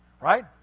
right